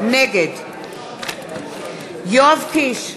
נגד יואב קיש,